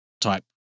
type